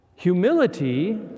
Humility